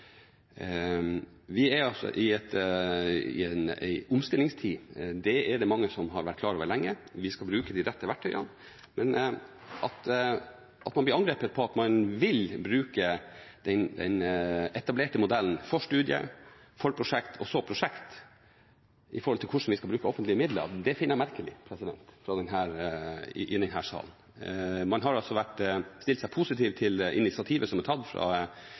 vi fikk det presentert i august i fjor, var det nesten uten innhold. Vi er i en omstillingstid. Det er det mange som har vært klar over lenge. Vi skal bruke de rette verktøyene. At man i denne salen blir angrepet på at man vil bruke den etablerte modellen – forstudie, forprosjekt og så prosjekt – når det gjelder hvordan vi skal bruke offentlige midler, finner jeg merkelig. Man har stilt seg positiv til initiativet som er tatt fra